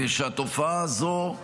שהתופעה הזו,